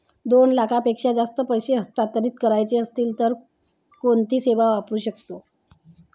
दोन लाखांपेक्षा जास्त पैसे हस्तांतरित करायचे असतील तर कोणती सेवा वापरू शकतो?